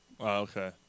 Okay